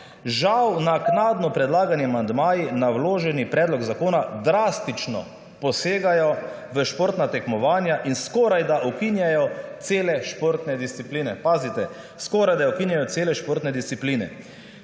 Žal naknadno predlagani amandmaji na vloženi predlog zakona drastično posegajo v športna tekmovanja in skorajda ukinjajo cele športne discipline.« Pazite, skorajda ukinjajo cele športne discipline.